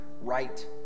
right